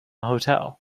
hotel